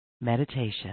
Meditation